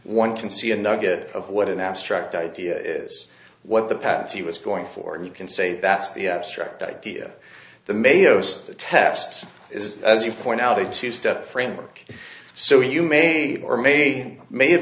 one can see a nugget of what an abstract idea is what the patsy was going for and you can say that's the abstract idea the made those tests is as you point out a two step framework so you may or may may have